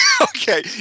Okay